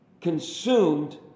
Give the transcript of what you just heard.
consumed